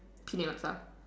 Penang Laksa